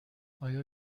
آیا